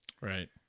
right